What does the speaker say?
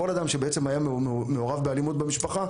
כל אדם שבעצם היה מעורב באלימות במשפחה,